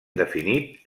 definit